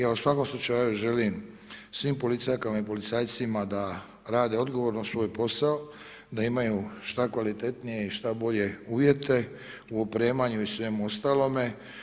Ja u svakom slučaju želim svim policajkama i policajcima da rade odgovorno svoj posao, da imaju što kvalitetnije i što bolje uvjete u opremanju i svemu ostalome.